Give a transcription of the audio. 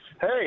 hey